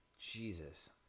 jesus